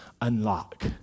unlock